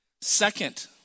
Second